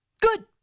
Good